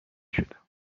شدم